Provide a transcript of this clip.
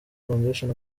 foundation